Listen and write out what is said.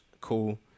cool